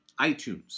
iTunes